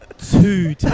Two